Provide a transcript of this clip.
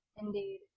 Indeed